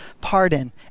pardon